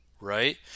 right